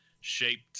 shaped